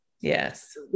Yes